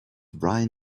right